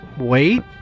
wait